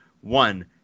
One